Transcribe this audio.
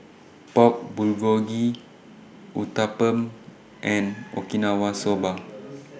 Pork Bulgogi Uthapam and Okinawa Soba